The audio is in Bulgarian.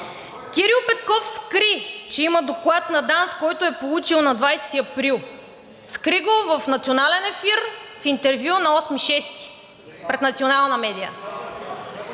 Кирил Петков скри, че има доклад на ДАНС, който е получил на 20 април. Скри го в национален ефир – в интервю на 8 юни пред национална медия.